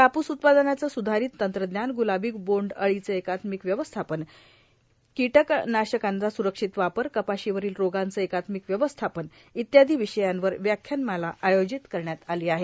कापूस उत्पादनाचे सुधारित तंत्रज्ञान ग्लाबी बोंड अळीचे एकात्मिक व्यवस्थापन कीडनाशकांचा स्रक्षित वापर कपाशीवरील रोगांचे एकात्मिक व्यवस्थापन इत्यादी विषयांवर व्याख्यानमाला आयोजित करण्यात आली आहे